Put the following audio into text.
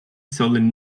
sollten